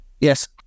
Yes